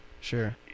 sure